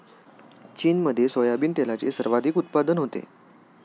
चीनमध्ये सोयाबीन तेलाचे सर्वाधिक उत्पादन होते